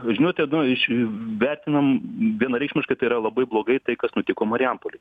žinote nu iš vertinam vienareikšmiškai tai yra labai blogai tai kas nutiko marijampolėj